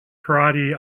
karate